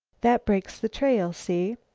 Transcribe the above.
that breaks the trail, see?